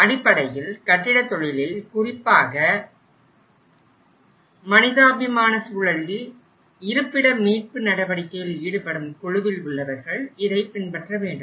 அடிப்படையில் கட்டிட தொழிலில் குறிப்பாக மனிதாபிமான சூழலில் இருப்பிட மீட்பு நடவடிக்கையில் ஈடுபடும் குழுவில் உள்ளவர்கள் இதை பின்பற்ற வேண்டும்